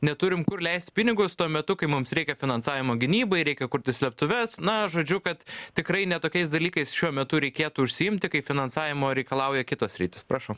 neturim kur leist pinigus tuo metu kai mums reikia finansavimo gynybai reikia kurti slėptuves na žodžiu kad tikrai ne tokiais dalykais šiuo metu reikėtų užsiimti kai finansavimo reikalauja kitos sritys prašau